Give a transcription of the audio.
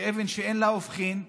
כאבן שאין לה הופכין,